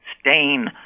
stain